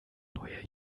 neue